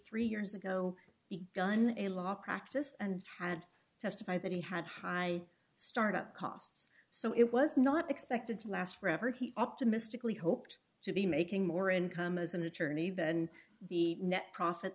three years ago begun a law practice and had testified that he had high start up costs so it was not expected to last forever he optimistically hoped to be making more income as an attorney then the net profit